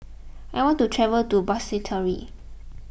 I want to travel to Basseterre